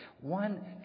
one